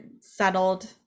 settled